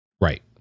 Right